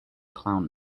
clown